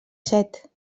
set